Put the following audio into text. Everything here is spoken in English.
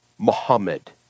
Muhammad